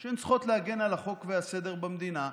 שהן צריכות להגן על החוק והסדר במדינה,